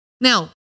Now